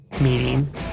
meeting